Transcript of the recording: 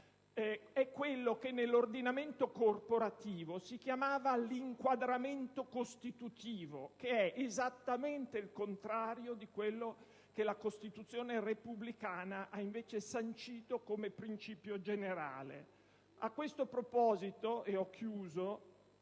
È quello che nell'ordinamento corporativo si chiamava «l'inquadramento costitutivo» che è esattamente il contrario di quello che la Costituzione repubblicana ha invece sancito come principio generale di libertà delle attività